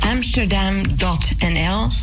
Amsterdam.nl